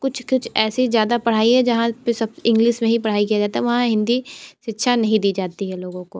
कुछ कुछ ऐसे ही ज़्यादा पढ़ाई है जहाँ पर सब इंग्लिश में ही पढ़ाई किया जाता है वहाँ हिंदी शिक्षा नहीं दी जाती है लोगों को